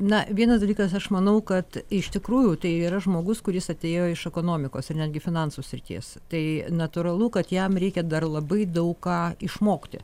na vienas dalykas aš manau kad iš tikrųjų tai yra žmogus kuris atėjo iš ekonomikos ir netgi finansų srities tai natūralu kad jam reikia dar labai daug ką išmokti